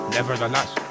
Nevertheless